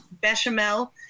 bechamel